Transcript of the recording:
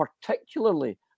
particularly